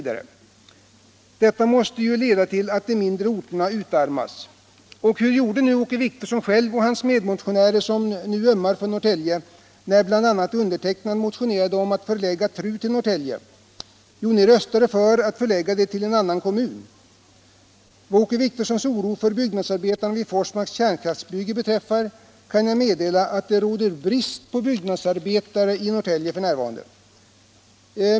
Detta måste leda till att de mindre orterna utarmas. Hur röstade då Åke Wictorsson och hans medmotionärer, som nu själva ömmar för Norrtälje när bl.a. jag motionerade om att förlägga TRU till Norrtälje? Jo, de röstade för att förlägga det till en annan kommun. För att stilla Åke Wictorssons oro för byggnadsarbetarna vid Forsmarks kärnkraftsbygge kan jag meddela att det f. n. råder brist på byggnadsarbetare i Norrtälje.